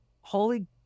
holy